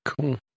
Cool